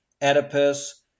Oedipus